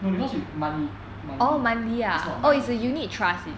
no because it's monthly monthly is not money I think